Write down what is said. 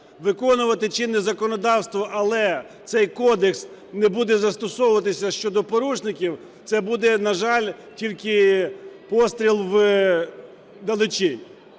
виконувати чинне законодавство, але цей кодекс не буде застосовуватися щодо порушників, це буде, на жаль, тільки постріл вдалечінь.